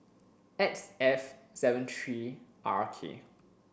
X F seven three R K